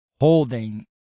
holding